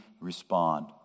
respond